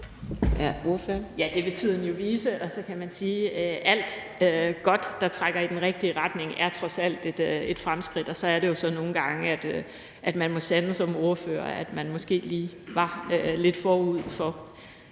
Ja, det vil tiden jo vise, og så kan man sige, at alt godt, der trækker i den rigtige retning, trods alt er et fremskridt. Så er det jo så nogle gange, at man som ordfører må sande, at man måske lige var lidt forud for,